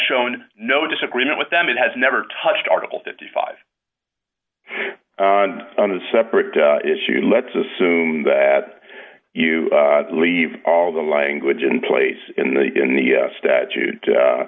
shown no disagreement with them and has never touched article fifty five on a separate issue let's assume that you leave all the language in place in the in the statute